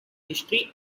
history